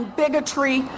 bigotry